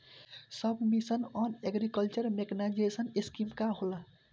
सब mission on agriculture mechanization scheme का होला?